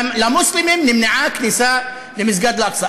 למוסלמים נמנעה כניסה למסגד אל-אקצא.